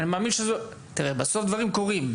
תראה, בסוף דברים קורים.